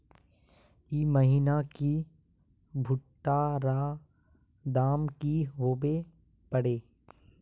ई महीना की भुट्टा र दाम की होबे परे?